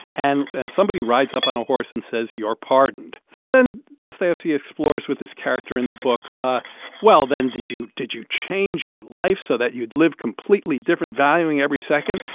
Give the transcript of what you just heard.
and and somebody rides up on a horse and says, you're pardoned so then dostoyevsky explores with this character in the book, ah well, then did you did you change your life so that you'd live completely different, valuing every second?